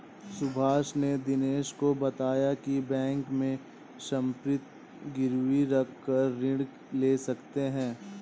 सुभाष ने दिनेश को बताया की बैंक में संपत्ति गिरवी रखकर ऋण ले सकते हैं